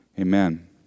Amen